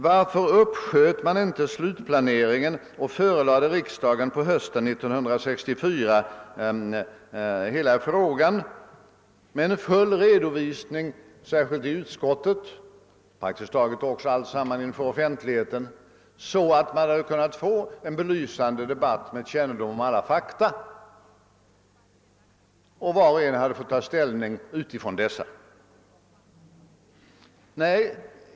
Varför uppsköt man inte slutplaneringen och förelade riksdagen på hösten 1964 hela frågan med full redovisning särskilt i utskottet — praktiskt taget alltsammans också inför offentligheten — så att man hade kunnat få en belysande debatt med kännedom om alla fakta och var och en hade fått ta ställning utifrån dessa?